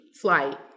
flight